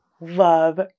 love